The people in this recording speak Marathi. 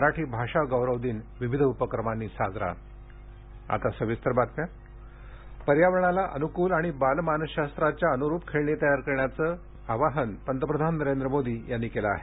मराठी भाषा गौरव दिन विविध उपक्रमांनी साजरा टॉय फेअर पर्यावरणाला अनुकूल आणि बाल मानसशास्त्राच्या अनुरूप खेळणी तयार करण्याचं पंतप्रधानांचं आवाहन पंतप्रधान नरेंद्र मोदी यांनी केलं आहे